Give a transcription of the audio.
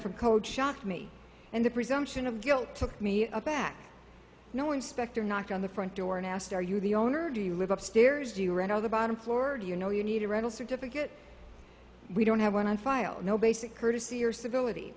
from cold shocked me and the presumption of guilt took me aback no inspector knocked on the front door and asked are you the owner or do you live upstairs do you read on the bottom floor do you know you need a rental certificate we don't have one on file no basic courtesy or civility